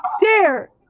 dare